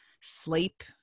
sleep